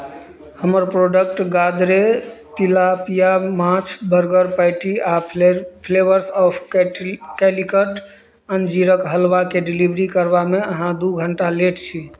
हमर product Gadre tilapia माछ burger patty आ फ्लेवर्स ऑफ कैट कैलिकट अन्जीरक हलवाके डिलीवरी करबामे अहाँ दू घण्टा लेट छी